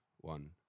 one